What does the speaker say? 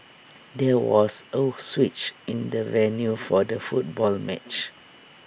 there was A switch in the venue for the football match